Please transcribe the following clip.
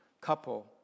couple